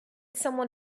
someone